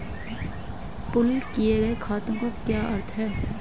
Pool किए गए खातों का क्या अर्थ है?